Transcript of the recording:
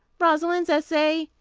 rosalind's essay.